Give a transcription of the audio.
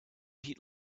heat